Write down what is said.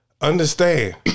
understand